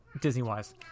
Disney-wise